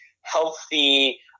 healthy